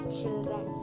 children